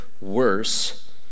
worse